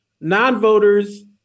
non-voters